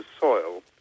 soil